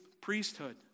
priesthood